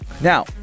Now